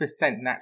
naturally